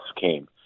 came